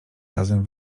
razem